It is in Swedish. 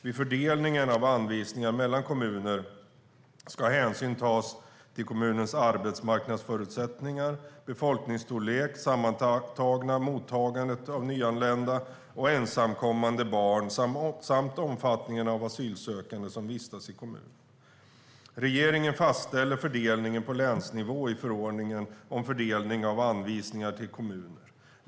Vid fördelningen av anvisningar mellan kommuner ska hänsyn tas till kommunens arbetsmarknadsförutsättningar, befolkningsstorlek, sammantagna mottagande av nyanlända och ensamkommande barn samt omfattningen av asylsökande som vistas i kommunen. Regeringen fastställer fördelningen på länsnivå i förordningen om fördelning av anvisningar till kommuner.